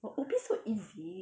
oh O_B so easy